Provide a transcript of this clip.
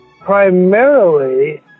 Primarily